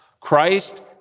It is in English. Christ